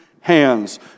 hands